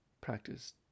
practice